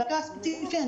למקרה הספציפי,